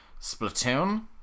Splatoon